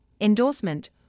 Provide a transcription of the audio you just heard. endorsement